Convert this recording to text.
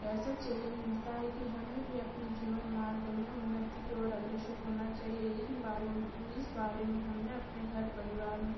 ऐसा चेलेंज मिलता है कि हमें भी अपने जीवन मार्ग में उन्नति की और अग्रसर होना चाहिए इन बारों इस बारे में हमने अपने घर परिवार में